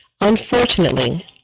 Unfortunately